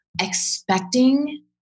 expecting